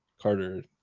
Carter